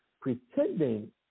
pretending